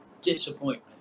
disappointment